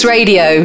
Radio